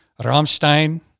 Rammstein